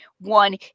one